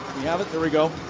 we have it? there we go.